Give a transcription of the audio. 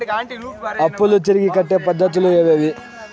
అప్పులు తిరిగి కట్టే పద్ధతులు ఏవేవి